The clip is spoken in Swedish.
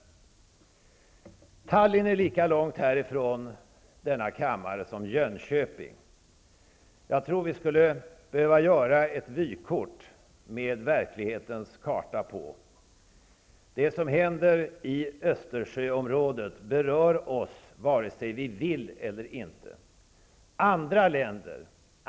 Tallinn ligger lika långt från denna kammare som Jönköping. Jag tror vi skulle behöva producera ett vykort med verklighetens karta på. Det som händer i Östersjöområdet berör oss vare sig vi vill eller inte.